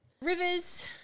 Rivers